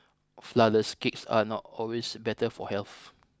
flourless cakes are not always better for health